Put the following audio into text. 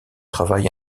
travail